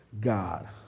God